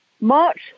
March